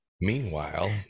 Meanwhile